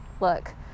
look